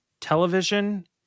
television